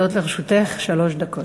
עומדות לרשותך שלוש דקות.